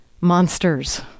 monsters